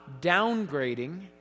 downgrading